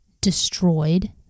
destroyed